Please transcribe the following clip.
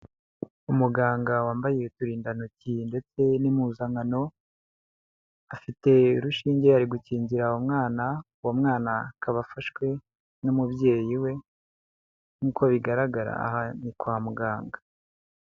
Umuganga wambaye uturindantoki ndetse n'impuzankano, afite urushinge ari gukingira umwana, uwo mwana akaba afashwe n'umubyeyi we nk'uko bigaragara aha ni kwa muganga.